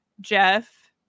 Jeff